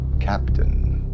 Captain